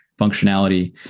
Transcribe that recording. functionality